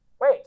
Wait